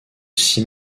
six